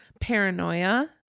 paranoia